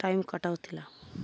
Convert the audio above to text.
time କଟାଉଥିଲା